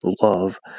love